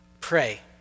pray